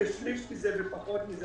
רק בשליש ופחות מזה,